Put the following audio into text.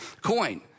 coin